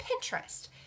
Pinterest